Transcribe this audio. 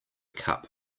cup